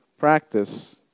practice